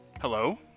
Hello